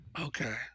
Okay